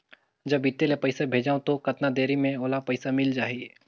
जब इत्ते ले पइसा भेजवं तो कतना देरी मे ओला पइसा मिल जाही?